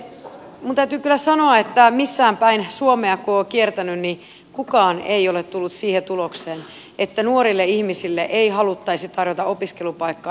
minun täytyy kyllä sanoa että missään päin suomea kun olen kiertänyt kukaan ei ole tullut siihen tulokseen että nuorille ihmisille ei haluttaisi tarjota opiskelupaikkaa ja työtä